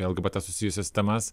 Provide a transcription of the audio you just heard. lgbt susijusias temas